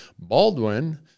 Baldwin